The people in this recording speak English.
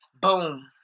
boom